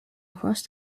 across